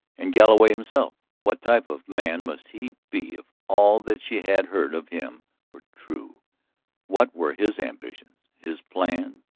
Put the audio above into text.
and galloway himself, what type of man must he be if all that she had heard of him were true what were his ambitions, his plans,